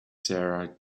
sarah